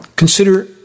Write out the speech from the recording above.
Consider